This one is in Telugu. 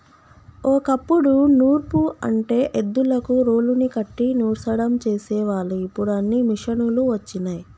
ఓ కప్పుడు నూర్పు అంటే ఎద్దులకు రోలుని కట్టి నూర్సడం చేసేవాళ్ళు ఇప్పుడు అన్నీ మిషనులు వచ్చినయ్